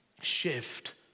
shift